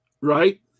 right